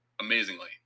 amazingly